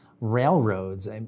Railroads